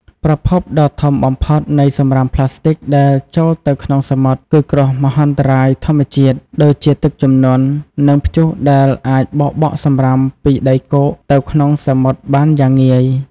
ប្រភពដ៏ធំបំផុតនៃសំរាមប្លាស្ទិកដែលចូលទៅក្នុងសមុទ្រ គឺគ្រោះមហន្តរាយធម្មជាតិ ដូចជាទឹកជំនន់ និងព្យុះដែលអាចបោកបក់សំរាមពីដីគោកទៅក្នុងសមុទ្របានយ៉ាងងាយ។